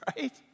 right